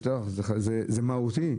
זה מהותי.